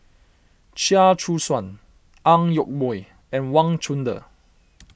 Chia Choo Suan Ang Yoke Mooi and Wang Chunde